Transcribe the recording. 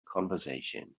conversation